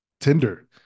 Tinder